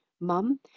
mum